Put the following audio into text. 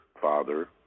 father